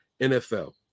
NFL